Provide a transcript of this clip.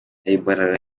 ebola